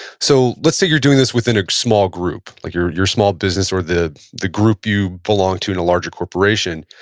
so, let's say you're doing this within a small group like your your small business or the the group you belong to in a larger corporation.